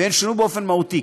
והן שונו באופן מהותי.